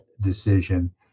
decision